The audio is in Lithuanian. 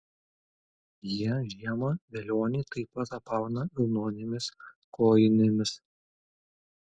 jie žiemą velionį taip pat apauna vilnonėmis kojinėmis